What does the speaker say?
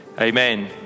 amen